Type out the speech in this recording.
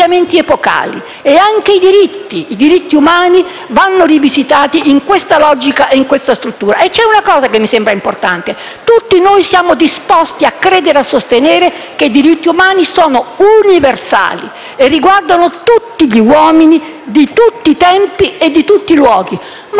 Anche i diritti umani vanno rivisitati in questa logica e in questa struttura. C'è una cosa che mi sembra importante: tutti noi siamo disposti a credere e a sostenere che i diritti umani sono universali e riguardano tutti gli uomini di tutti i tempi e di tutti i luoghi.